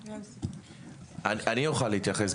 אני רוצה.